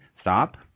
stop